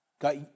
Got